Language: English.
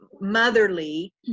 motherly